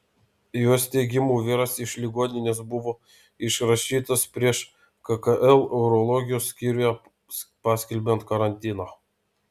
jos teigimu vyras iš ligoninės buvo išrašytas prieš kkl urologijos skyriuje paskelbiant karantiną